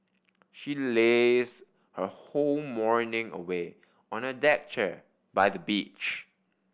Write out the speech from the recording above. she lazed her whole morning away on a deck chair by the beach